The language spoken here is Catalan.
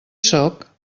sóc